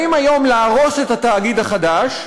באים היום להרוס את התאגיד החדש,